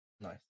Nice